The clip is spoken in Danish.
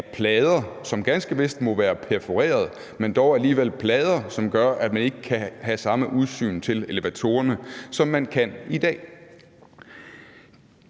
af plader, som ganske vist må være perforeret, men som dog alligevel er plader, som gør, at man ikke kan have samme udsyn til elevatorerne, som man kan i dag.